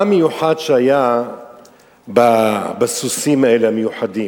מה מיוחד היה בסוסים האלה, המיוחדים?